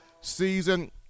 season